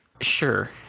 Sure